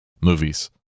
movies